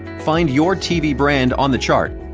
find your tv brand on the chart.